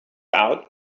out